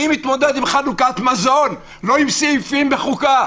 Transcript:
אני מתמודד עם חלוקת מזון, לא עם סעיפים בחוקה,